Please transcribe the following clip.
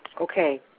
Okay